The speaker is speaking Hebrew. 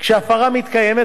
כשההפרה מתקיימת,